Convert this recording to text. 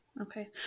okay